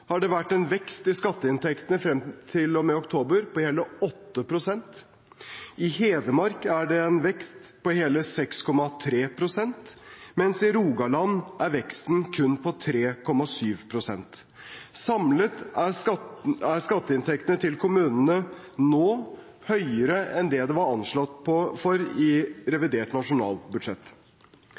har det vært en vekst i skatteinntektene frem til og med oktober på hele 8. pst. I Hedmark er det en vekst på hele 6,3 pst, mens i Rogaland er veksten kun på 3,7 pst. Samlet er skatteinntektene til kommunene nå høyere enn det som var anslått i revidert nasjonalbudsjett.